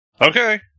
Okay